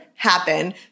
happen